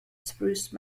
spruce